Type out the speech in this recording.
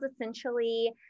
essentially